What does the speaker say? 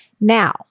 Now